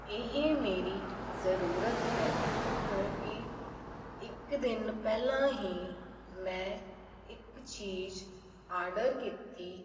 ਇਹ ਮੇਰੀ ਜ਼ਰੂਰਤ ਹੈ ਕਿਉਂਕਿ ਇੱਕ ਦਿਨ ਪਹਿਲਾਂ ਹੀ ਮੈਂ ਇੱਕ ਚੀਜ਼ ਆਰਡਰ ਕੀਤੀ